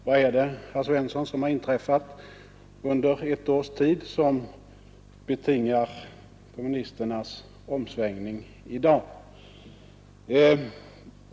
Vad är det, herr Svensson, som har inträffat under ett års tid, som betingar kommunisternas omsvängning?